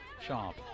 Sharp